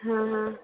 ହଁ ହଁ